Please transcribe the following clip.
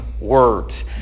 words